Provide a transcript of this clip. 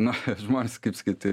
na žmonės kaip sakyti